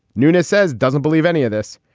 nuna says doesn't believe any of this.